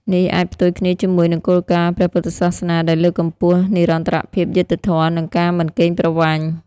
នេះអាចផ្ទុយគ្នាជាមួយនឹងគោលការណ៍ព្រះពុទ្ធសាសនាដែលលើកកម្ពស់ និរន្តរភាព យុត្តិធម៌ និងការមិនកេងប្រវ័ញ្ច។